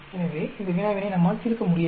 எனவே இந்த வினாவினை நம்மால் தீர்க்க முடியாது